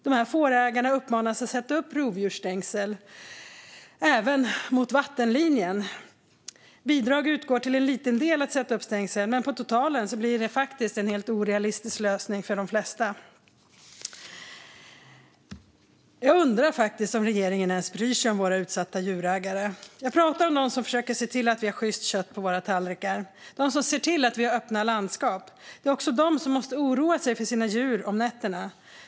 Dessa fårägare uppmanas att sätta upp rovdjursstängsel, även mot vattenlinjer. Bidrag utgår till liten del för att sätta upp stängsel, men på totalen blir det en helt orealistisk lösning för de flesta. Jag undrar faktiskt om regeringen ens bryr sig om våra utsatta djurägare. Jag pratar om dem som försöker se till att vi har sjyst kött på våra tallrikar och som ser till att vi har öppna landskap. Det är de som måste oroa sig för sina djur om nätterna.